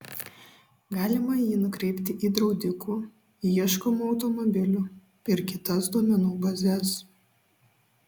galima jį nukreipti į draudikų į ieškomų automobilių ir kitas duomenų bazes